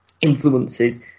influences